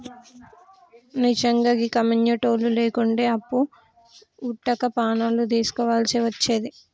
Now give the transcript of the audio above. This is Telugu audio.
నిజ్జంగా గీ కమ్యునిటోళ్లు లేకుంటే అప్పు వుట్టక పానాలు దీస్కోవల్సి వచ్చేది